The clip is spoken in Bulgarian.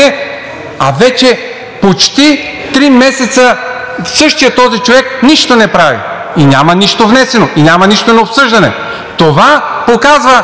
а вече почти три месеца същият този човек нищо не прави и няма нищо внесено, и няма нищо на обсъждане. Това показва